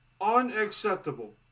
unacceptable